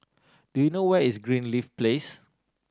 do you know where is Greenleaf Place